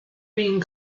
being